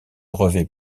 revêt